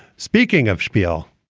speaking of schpiel,